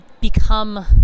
become